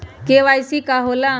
KYC का होला?